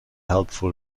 helpful